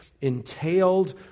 entailed